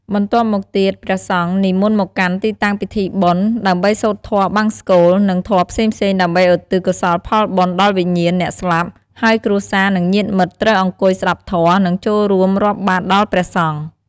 បន្ទាប់់មកទៀត ព្រះសង្ឃនិមន្តមកកាន់ទីតាំងពិធីបុណ្យ ដើម្បីសូត្រធម៌បង្សុកូល និងធម៌ផ្សេងៗដើម្បីឧទ្ទិសកុសលផលបុណ្យដល់វិញ្ញាណអ្នកស្លាប់ហើយគ្រួសារ និងញាតិមិត្តត្រូវអង្គុយស្តាប់ធម៌ និងចូលរួមរាប់បាត្រដល់ព្រះសង្ឃ។